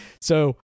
So-